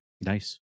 Nice